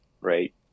right